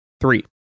three